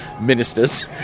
ministers